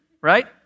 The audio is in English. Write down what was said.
right